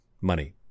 money